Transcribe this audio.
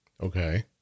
Okay